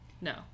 no